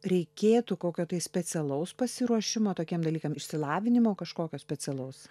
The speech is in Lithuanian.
reikėtų kokio tai specialaus pasiruošimo tokiem dalykam išsilavinimo kažkokio specialaus